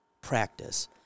practice